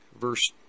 verse